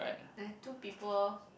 eh two people